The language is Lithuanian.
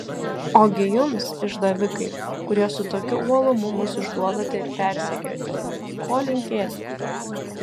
ogi jums išdavikai kurie su tokiu uolumu mus išduodate ir persekiojate ko linkėti